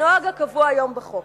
כנוהג הקבוע היום בחוק.